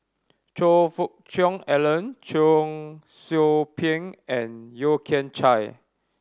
Choe Fook Cheong Alan Cheong Soo Pieng and Yeo Kian Chye